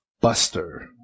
buster